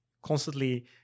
Constantly